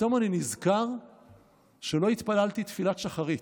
ופתאום אני נזכר שלא התפללתי תפילת שחרית,